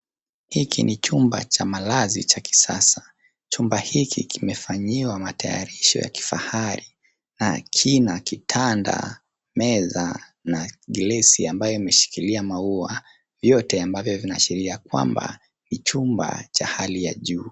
Hiki ni chumba cha malazi cha kisasa, chumba hiki kimefanyiwa matayarisho ya kifahari na kina kitanda, meza na glasi ambayo imeshikilia mauwa vyote ambavyo vinaashiria kwamba ni chumba cha hali ya juu.